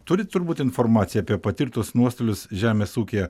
turit turbūt informaciją apie patirtus nuostolius žemės ūkyje